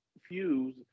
fuse